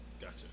Gotcha